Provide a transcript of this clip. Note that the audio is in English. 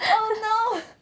oh no